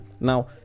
now